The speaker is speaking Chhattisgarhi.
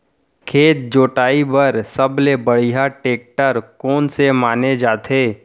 खेत जोताई बर सबले बढ़िया टेकटर कोन से माने जाथे?